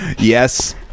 Yes